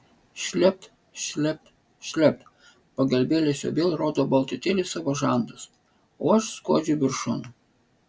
šlept šlept šlept pagalvėlės jau vėl rodo baltutėlius savo žandus o aš skuodžiu viršun